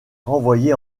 renvoyé